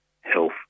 health